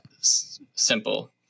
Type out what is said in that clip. simple